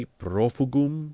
profugum